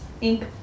Ink